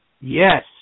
Yes